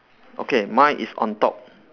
okay mine is on top